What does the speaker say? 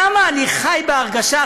למה אני חי בהרגשה,